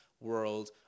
world